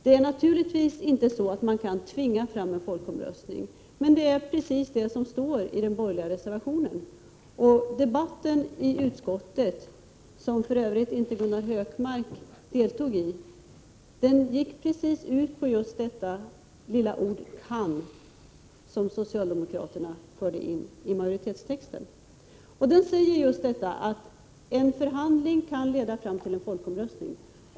Det är naturligtvis inte så att man kan tvinga fram en folkomröstning, men det är precis vad som står i den borgerliga reservationen. Debatten i utskottet, som för övrigt Gunnar Hökmark inte deltog i, gick ut på det lilla ordet ”kan”, som socialdemokraterna förde in i majoritetstexten. Vi säger att en förhandling kan leda fram till en folkomröstning.